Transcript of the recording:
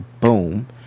boom